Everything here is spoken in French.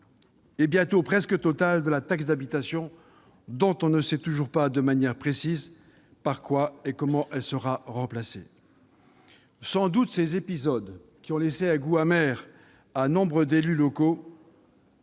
et bientôt presque totale de la taxe d'habitation, dont on ne sait toujours pas, de manière précise, par quoi et comment elle sera remplacée. Sans doute ces épisodes qui ont laissé un goût amer à nombre d'élus locaux